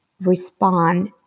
respond